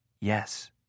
Yes